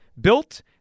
built